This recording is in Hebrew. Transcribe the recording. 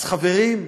אז חברים,